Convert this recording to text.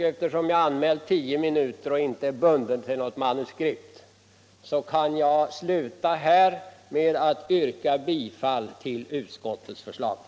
Eftersom jag har antecknat mig för tio minuter och inte är bunden till något manuskript, skall jag därför sluta här med att yrka bifall till utskottets hemställan.